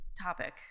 topic